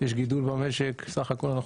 יש גידול במשק סך הכל,